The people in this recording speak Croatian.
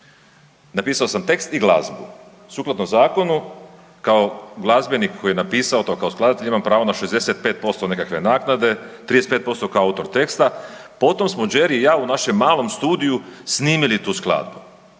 Napisao sam tekst i glazbu sukladno zakonu, kao glazbenik koji je napisao to, kao skladatelj, imam pravo na 65% nekakve naknade, 35% kao autor teksta. Potom smo Jerry i ja u našem malom studio snimili tu skladbu.